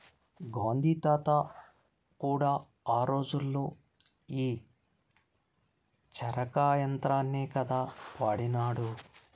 గాంధీ తాత కూడా ఆ రోజుల్లో ఈ చరకా యంత్రాన్నే కదా వాడినాడు